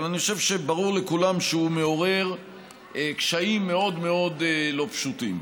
אבל אני חושב שברור לכולם שהוא מעורר קשיים מאוד מאוד לא פשוטים.